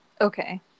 Okay